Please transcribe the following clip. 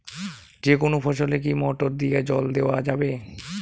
যেকোনো ফসলে কি মোটর দিয়া জল দেওয়া যাবে?